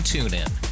TuneIn